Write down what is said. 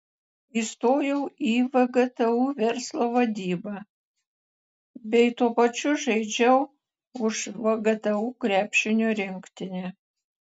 įstojau į vgtu verslo vadybą bei tuo pačiu žaidžiau už vgtu krepšinio rinktinę